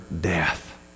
death